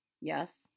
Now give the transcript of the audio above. yes